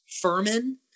Furman